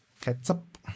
Ketchup